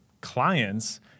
clients